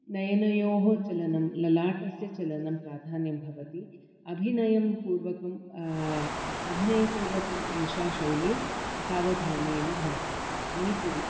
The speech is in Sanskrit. नयनयोः चलनं ललाटस्य चलनं प्राधान्यं भवति अभिनयं पूर्वकम् अभिनयपूर्वकम् एषा शैली सावधानेन भवति मणिपुरि